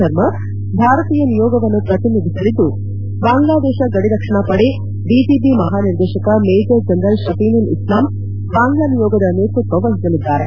ಶರ್ಮಾ ಭಾರತೀಯ ನಿಯೋಗವನ್ನು ಪ್ರತಿನಿಧಿಸಲಿದ್ದು ಬಾಂಗ್ಲಾದೇಶ ಗಡಿ ರಕ್ಷಣಾ ಪಡೆ ಬಿಜಿಬಿ ಮಹಾನಿರ್ದೇಶಕ ಮೇಜರ್ ಜನರಲ್ ಶಫೀನುಲ್ ಇಸ್ಲಾಮ್ ಬಾಂಗ್ಲಾ ನಿಯೋಗದ ನೇತೃತ್ವ ವಹಿಸಲಿದ್ದಾರೆ